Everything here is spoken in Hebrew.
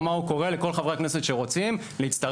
הוא קורא לכל חברי הכנסת שרוצים להצטרף